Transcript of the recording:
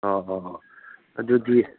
ꯑꯣ ꯑꯣ ꯑꯣ ꯑꯗꯨꯗꯤ